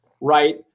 right